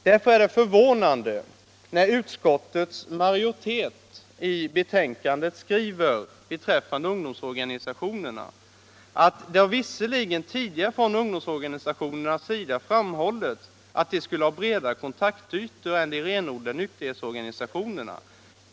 Därför är det förvånande när utskottets majoritet i betänkandet skriver beträffande ungdomsorganisationerna: ”Det har visserligen tidigare från ungdomsorganisationernas sida framhållits att de skulle ha bredare kontaktytor än de renodlade nykterhetsorganisationerna.